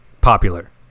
popular